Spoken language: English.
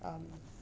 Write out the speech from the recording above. um